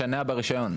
משנע ברישיון?